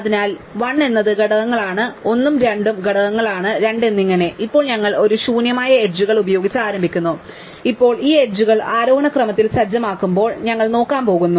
അതിനാൽ 1 എന്നത് ഘടകങ്ങളാണ് 1 ഉം 2 ഉം ഘടകങ്ങളാണ് 2 എന്നിങ്ങനെ ഇപ്പോൾ ഞങ്ങൾ ഒരു ശൂന്യമായ എഡ്ജുകൾ ഉപയോഗിച്ച് ആരംഭിക്കുന്നു ഇപ്പോൾ ഈ എഡ്ജുകൾ ആരോഹണ ക്രമത്തിൽ സജ്ജമാക്കുമ്പോൾ ഞങ്ങൾ നോക്കാൻ പോകുന്നു